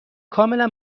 کاملا